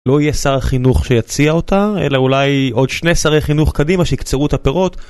לא יהיה שר החינוך שיציע אותה, אלא אולי עוד שני שרי חינוך קדימה שיקצרו את הפירות.